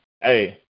hey